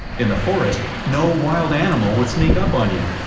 in the forest, no wild animal would sneak up on you.